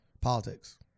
politics